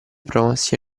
promossi